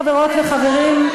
חברות וחברים,